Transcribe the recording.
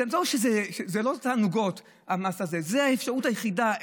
זה לא תענוגות, המס הזה, זו האפשרות היחידה.